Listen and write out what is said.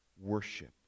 Worship